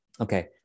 Okay